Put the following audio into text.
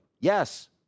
Yes